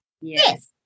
Yes